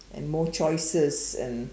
and more choices and